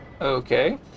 Okay